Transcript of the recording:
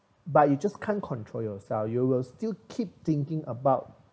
but you just can't control yourself you will still keep thinking about